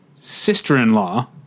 sister-in-law